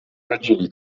radzili